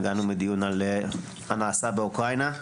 היה לנו דיון על הנעשה באוקרינה.